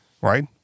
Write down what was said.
Right